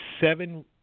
seven